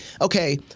okay